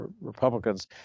Republicans